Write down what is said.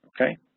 okay